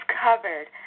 covered